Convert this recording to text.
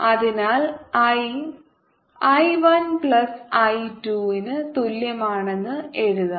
അതിനാൽ I I 1 plus I 2 ന് തുല്യമാണെന്ന് എഴുതാം